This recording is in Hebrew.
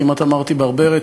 כמעט אמרתי הברברת,